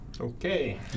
Okay